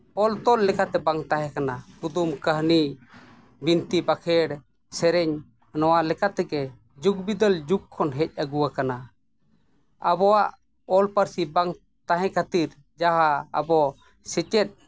ᱚᱞ ᱛᱚᱞ ᱞᱮᱠᱟᱛᱮ ᱵᱟᱝ ᱛᱟᱦᱮᱸ ᱠᱟᱱᱟ ᱠᱩᱫᱩᱢ ᱠᱟᱹᱦᱱᱤ ᱵᱤᱱᱛᱤ ᱵᱟᱸᱠᱷᱮᱲ ᱥᱮᱨᱮᱧ ᱱᱚᱣᱟ ᱞᱮᱠᱟ ᱛᱮᱜᱮ ᱡᱩᱜᱽ ᱵᱤᱫᱟᱹᱞ ᱡᱩᱜᱽ ᱠᱷᱚᱱ ᱦᱮᱡ ᱟᱹᱜᱩᱣ ᱠᱟᱱᱟ